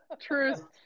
Truth